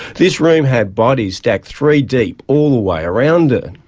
this room had bodies stacked three deep all the way around it.